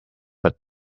but